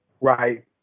right